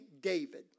David